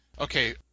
Okay